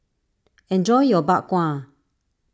enjoy your Bak Kwa